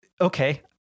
okay